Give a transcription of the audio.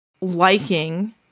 liking